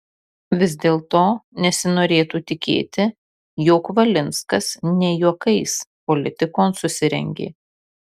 vis dėlto nesinorėtų tikėti jog valinskas ne juokais politikon susirengė